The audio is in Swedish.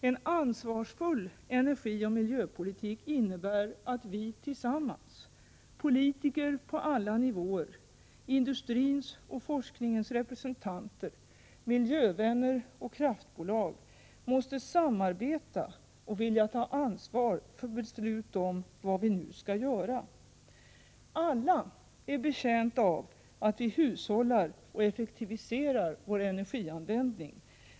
En ansvarsfull energioch miljöpolitik innebär att vi tillsammans — politiker på alla nivåer, industrins och forskningens representanter, miljövänner och kraftbolag — måste samarbeta och vilja ta ansvar för beslut om vad vi nu skall göra! Alla är betjänta att vi hushållar och effektiviserar vår energianvändning.